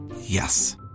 Yes